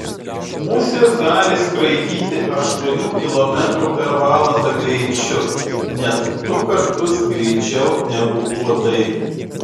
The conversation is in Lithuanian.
musės gali skraidyti aštuonių kilometrų per valandą greičiu net du kartus greičiau negu uodai